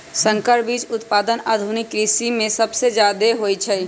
संकर बीज उत्पादन आधुनिक कृषि में सबसे जादे होई छई